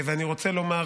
אני רוצה לומר